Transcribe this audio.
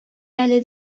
әле